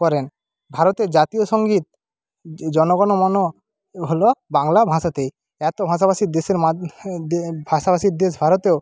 করেন ভারতের জাতীয় সঙ্গীত জনগণমন হলো বাংলা ভাষাতেই এতো ভাষাভাষীর দেশের মা ভাষাভাষীর দেশ ভারতেও